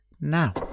now